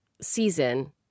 season